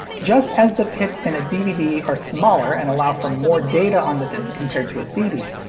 just as the pits in a dvd are smaller and allow for more data on the disc compared to a cd,